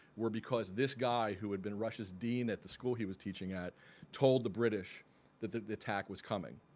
were because this guy who had been rush's dean at the school he was teaching at told the british that the attack was coming.